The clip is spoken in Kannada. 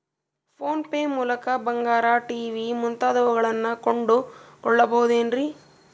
ಫೋನ್ ಪೇ ಮೂಲಕ ಬಂಗಾರ, ಟಿ.ವಿ ಮುಂತಾದವುಗಳನ್ನ ಕೊಂಡು ಕೊಳ್ಳಬಹುದೇನ್ರಿ?